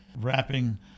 wrapping